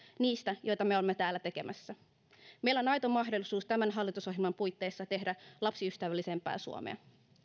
niistä joita me olemme täällä tekemässä meillä on aito mahdollisuus tämän hallitusohjelman puitteissa tehdä lapsiystävällisempää suomea